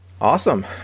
Awesome